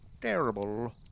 terrible